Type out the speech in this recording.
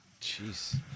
Jeez